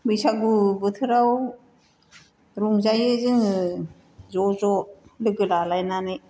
बैसागु बोथोराव रंजायो जोङो ज' ज' लोगो लालायनानै